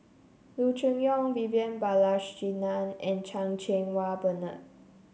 Loo Choon Yong Vivian Balakrishnan and Chan Cheng Wah Bernard